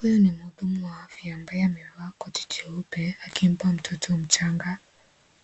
Huyu ni mhudumu wa afya ambaye amevaa koti jeupe akimpa mtoto mchanga